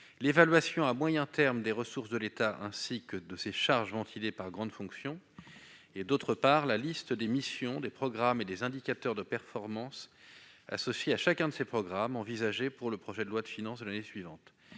l'évaluation à moyen terme des ressources de l'État, ainsi que de ses charges ventilées par grandes fonctions, et, d'autre part, la liste des missions, des programmes et des indicateurs de performances associés à chacun de ces programmes, envisagés pour le projet de loi de finances de l'année suivante.